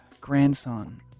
grandson